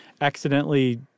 accidentally